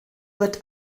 wird